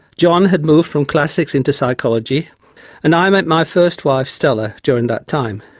john had moved from classics into psychology and i met my first wife stella during that time.